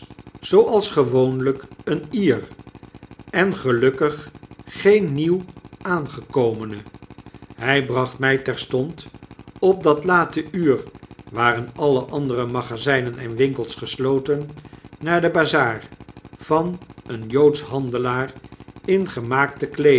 zooals gewoonlyk een ter en gelukkig geen nieuw aangekomene hy bracht mij terstond op dat late uur waren alle andere magazynen en winkels gesloten naar de bazar vaneenjoodsch handelaar in gemaakte